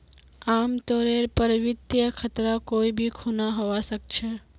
आमतौरेर पर वित्तीय खतरा कोई भी खुना हवा सकछे